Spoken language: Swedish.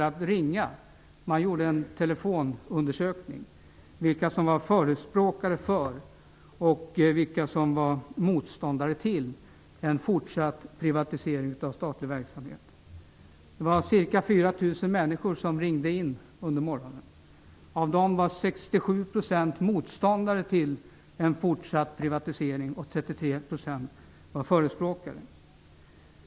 Under diskussionen gjordes en telefonundersökning av vilka som är förespråkare för respektive motståndare till en fortsatt privatisering av statlig verksamhet. Ca 4 000 människor ringde under morgonen, och av dem var 67 % motståndare till och 33 % för en fortsatt privatisering.